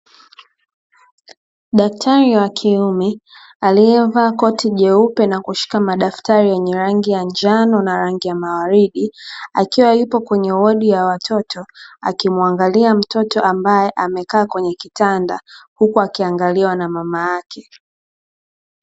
Daktari wa kiume aliyevaa koti jeupe na kushika madaftari yenye rangi ya njano na rangi ya mawaridi, akiwa yupo kwenye wodi ya watoto, akimuangalia mtoto ambaye amekaa kwenye kitanda huku akiangaliwa na mama yake.